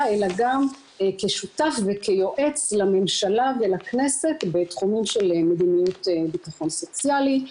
אלא גם כשותף וכיועץ לממשלה ולכנסת בתחומים של מדיניות בטחון סוציאלי.